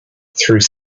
through